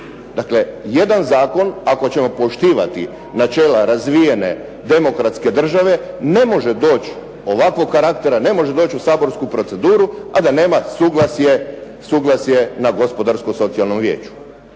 vijeće. Jedan zakon ako ćemo poštivati načela razvijene demokratske države ne može doći u saborsku proceduru a da nema suglasje na Gospodarsko socijalnom vijeću.